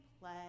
play